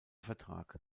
vertrag